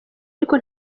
ariko